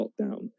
lockdown